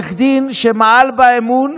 לעורך דין שמעל באמון,